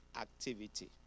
activity